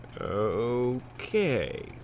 Okay